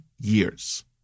years